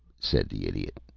said the idiot.